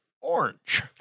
orange